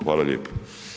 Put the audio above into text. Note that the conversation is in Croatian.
Hvala lijepo.